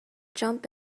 jump